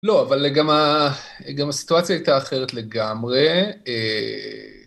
לא, אבל גם הסיטואציה הייתה אחרת לגמרי.